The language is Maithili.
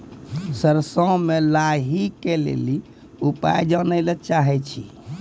सरसों मे लाही के ली उपाय जाने लैली चाहे छी?